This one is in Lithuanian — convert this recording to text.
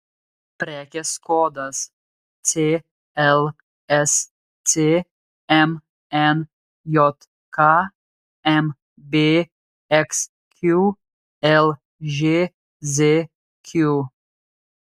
prekės kodas clsc mnjk mbxq lžzq